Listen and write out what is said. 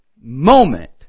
moment